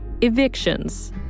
evictions